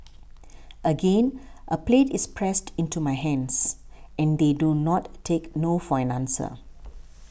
again a plate is pressed into my hands and they do not take no for an answer